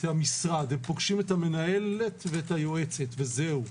המשרד אלא את המנהלת ואת היועצת וזהו,